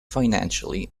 financially